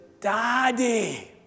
Daddy